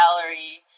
gallery